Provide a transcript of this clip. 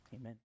Amen